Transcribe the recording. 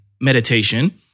meditation